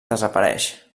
desapareix